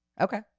okay